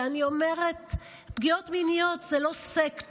אני אומרת: פגיעות מיניות זה לא סקטור,